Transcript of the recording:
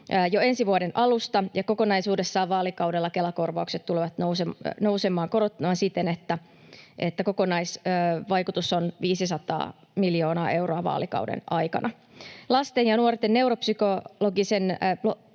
Jo ensi vuoden alusta ja kokonaisuudessaan vaalikaudella Kela-korvauksia korotetaan siten, että kokonaisvaikutus on 500 miljoonaa euroa vaalikauden aikana. Lasten ja nuorten neuropsykologisten